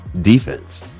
defense